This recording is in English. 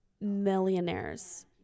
millionaires